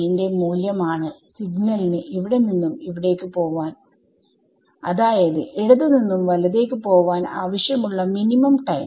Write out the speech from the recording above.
ന്റെ മൂല്യം ആണ് സിഗ്നലിന് ഇവിടെ നിന്നും ഇവിടേക്ക് പോവാൻ അതായത് ഇടത് നിന്നും വലത്തേക്ക് പോവാൻ ആവശ്യം ഉള്ള മിനിമം ടൈം